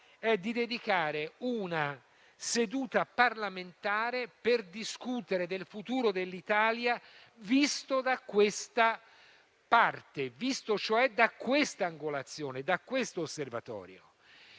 è di dedicare una seduta parlamentare alla discussione del futuro dell'Italia visto da questa parte, visto cioè da questa angolazione, da questo osservatorio.